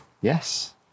yes